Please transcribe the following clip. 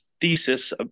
thesis